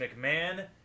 McMahon